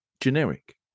generic